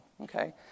okay